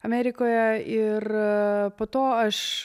amerikoje ir po to aš